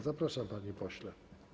Zapraszam, panie pośle.